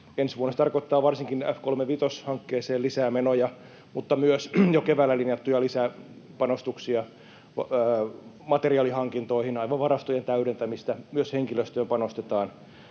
Ensi vuonna se tarkoittaa varsinkin F-35-hankkeeseen lisää menoja, mutta myös jo keväällä linjattuja lisäpanostuksia materiaalihankintoihin, aivan varastojen täydentämistä, ja myös henkilöstöön panostetaan